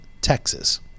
Texas